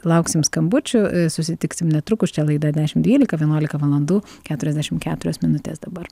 lauksim skambučių susitiksim netrukus čia laida dešim dvylika vienuolika valandų keturiasdešim keturios minutės dabar